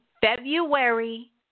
February